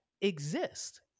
exist